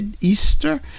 Easter